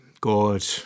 God